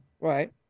right